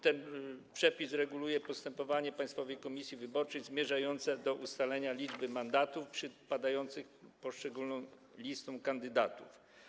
Ten przepis reguluje postępowanie Państwowej Komisji Wyborczej zmierzające do ustalenia liczby mandatów przypadających poszczególnym listom kandydatów.